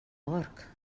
porc